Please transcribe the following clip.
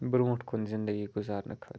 برٛونٛٹھ کُن زندگی گُزارنہٕ خٲ